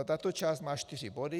Tato část má čtyři body.